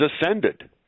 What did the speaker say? ascended